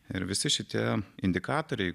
ir visi šitie indikatoriai